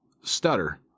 stutter